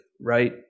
right